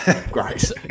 Great